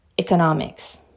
economics